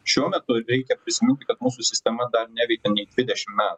šiuo metu veikia prisimink kad mūsų sistema dar neveikia nei dvidešimt metų